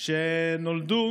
שנולדו